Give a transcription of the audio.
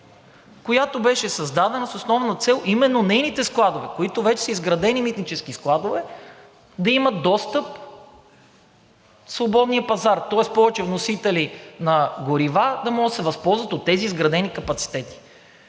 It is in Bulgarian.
която беше създадена с основна цел именно до нейните складове, които вече са изградени митнически складове, да има достъп свободният пазар, тоест повече вносители на горива да могат да се възползват от тези изградени капацитети.